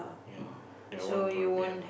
ya that one gonna be have